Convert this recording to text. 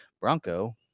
bronco